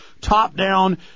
top-down